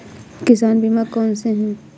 किसान बीमा कौनसे हैं?